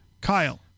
Kyle